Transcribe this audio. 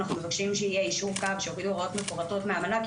אנחנו מבקשים שיהיה יישור קו ושיורידו הוראות מפורטות מהמל"ג,